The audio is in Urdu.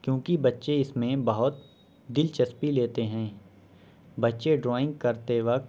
کیونکہ بچے اس میں بہت دلچسپی لیتے ہیں بچے ڈرائنگ کرتے وقت